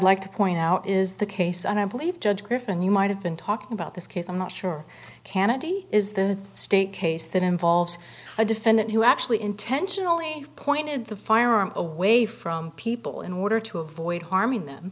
like to point out is the case and i believe judge griffin you might have been talking about this case i'm not sure cannady is the state case that involves a defendant who actually intentionally pointed the firearm away from people in order to avoid harming them